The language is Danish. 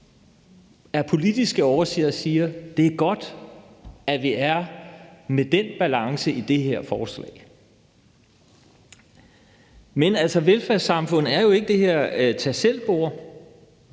af politiske årsager siger, at det er godt, at vi har den balance i det her forslag. Men velfærdssamfundet er jo ikke det her tag selv-bord.